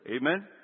Amen